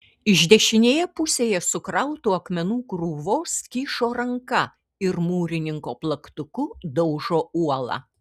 iš dešinėje pusėje sukrautų akmenų krūvos kyšo ranka ir mūrininko plaktuku daužo uolą